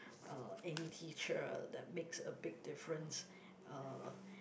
uh any teacher that makes a big difference uh